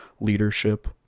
leadership